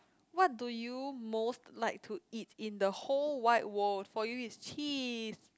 what do you most like to eat in the whole wide world for you is cheese